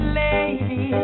lady